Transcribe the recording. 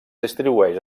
distribueix